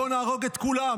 בוא נהרוג את כולם.